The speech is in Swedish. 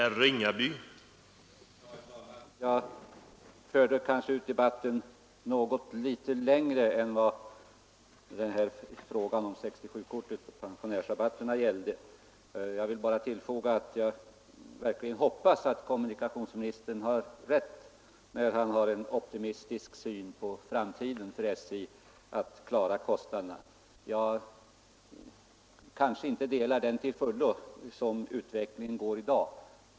Herr talman! Jag förde kanske ut debatten litet längre än att bara gälla frågan om 67-kortet och pensionärsrabatterna. Jag vill tillfoga att jag verkligen hoppas att kommunikationsministern har rätt när han har en optimistisk syn på framtiden i fråga om SJ:s förmåga att klara kostnaderna. Jag kanske inte delar den till fullo som utvecklingen är i dag.